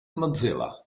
mozilla